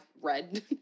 red